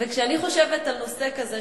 כשאני חושבת על נושא כזה,